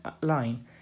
line